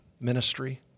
ministry